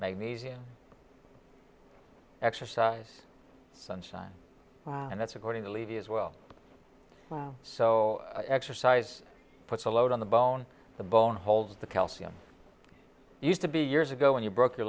magnesium exercise sunshine and that's according to levy as well so exercise puts a load on the bone the bone holds the calcium used to be years ago when you broke your